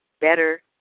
better